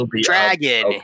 dragon